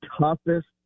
toughest